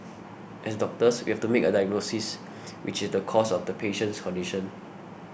as doctors we have to make a diagnosis which is the cause of the patient's condition